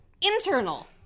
internal